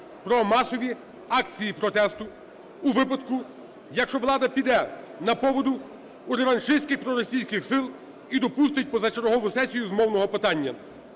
про масові акції протесту у випадку, якщо влада піде на поводу у реваншистських проросійських сил і допустить позачергову сесію з мовного питання.